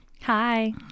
Hi